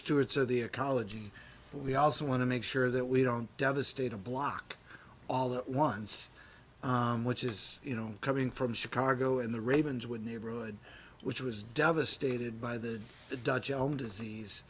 stewards of the ecology we also want to make sure that we don't devastate a block all the once which is you know coming from chicago in the ravenswood neighborhood which was devastated by the dutch elm disease